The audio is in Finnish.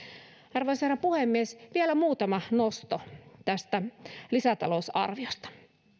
arvoisa herra puhemies vielä muutama nosto tästä lisätalousarviosta